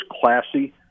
classy